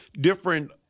different